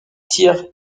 tire